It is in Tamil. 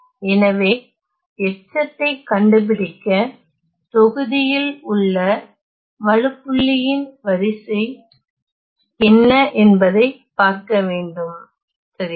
எனவே எச்சத்தை கண்டுபிடிக்க தொகுதியில் உள்ள வழுப்புள்ளியின் வரிசை என்ன என்பதை பார்க்க வேண்டும் சரியா